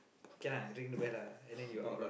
can lah ring the bell lah and then you out lah